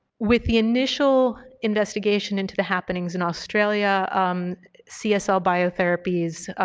with the initial investigation into the happenings in australia csl biotherapies,